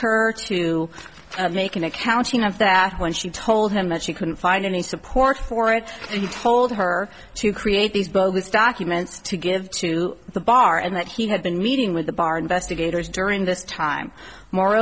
her to make an accounting of that when she told him that she couldn't find any support for it and he told her to create these bogus documents to give to the bar and that he had been meeting with the bar investigators during this time more